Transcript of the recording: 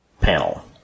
panel